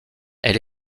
elle